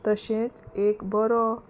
तशेंच एक बरो